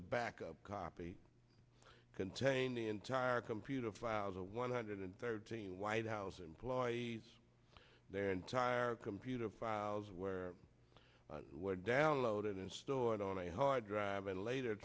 a backup copy contain the entire computer files a one hundred thirteen white house employees their entire computer files where were downloaded and stored on a hard drive and later